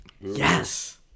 Yes